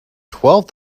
twelve